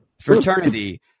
fraternity